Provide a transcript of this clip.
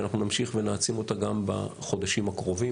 שאנחנו נמשיך ונעצים אותה גם בחודשים הקרובים,